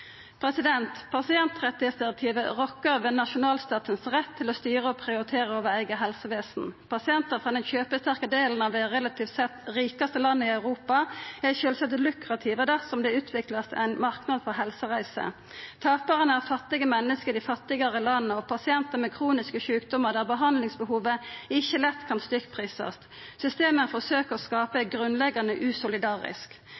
Pasientrettsdirektivet rokkar ved nasjonalstatens rett til å styra og prioritera over eige helsevesen. Pasientar frå den kjøpesterke delen av det relativt sett rikaste landet i Europa er sjølvsagt lukrative dersom det utviklar seg ein marknad for helsereiser. Taparane er fattige menneske i dei fattigare landa og pasientar med kroniske sjukdomar der behandlingsbehovet ikkje så lett kan stykkprisast. Systemet ein forsøker å